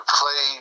play